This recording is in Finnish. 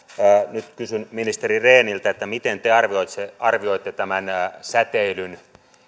nyt kysyn ministeri rehniltä miten te arvioitte tämän säteilyn